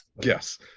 yes